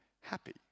happy